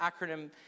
acronym